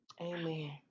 Amen